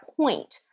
point